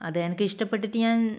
അത് എനിക്ക് ഇഷ്ടപ്പെട്ടിട്ട് ഞാൻ